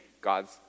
God's